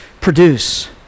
produce